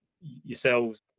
yourselves